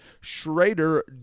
Schrader